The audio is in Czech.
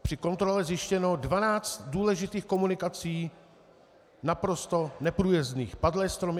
Při kontrole zjištěno dvanáct důležitých komunikací naprosto neprůjezdných padlé stromy atd.